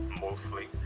mostly